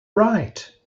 right